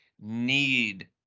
need